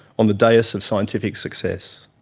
on the dais of scientific success.